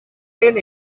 del